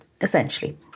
essentially